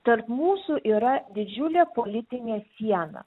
tarp mūsų yra didžiulė politinė siena